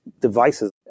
devices